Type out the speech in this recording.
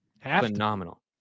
phenomenal